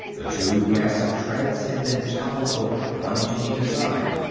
the two massive treads had been toppled over, one to either side.